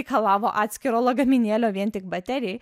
reikalavo atskiro lagaminėlio vien tik baterijai